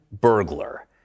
burglar